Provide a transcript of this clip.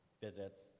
visits